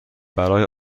باید